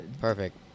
Perfect